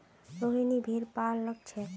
रोहिनी भेड़ पा ल छेक